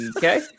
Okay